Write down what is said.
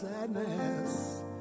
sadness